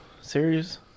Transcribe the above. series